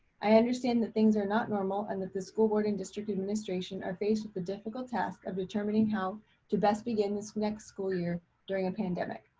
i understand that things are not normal and that the school board and district administration are faced with the difficult task of determining how to best begin this next school year during a pandemic.